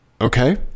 okay